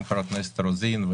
גם חברת הכנסת רוזין,